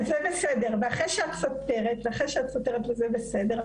זה בסדר ואחרי שאת סותרת וזה בסדר,